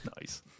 Nice